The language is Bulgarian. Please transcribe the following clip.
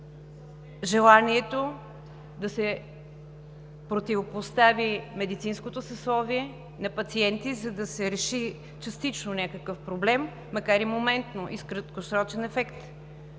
желанието да се противопостави медицинското съсловие на пациенти, за да се реши частично някакъв проблем, макар и моментно и с краткосрочен ефект,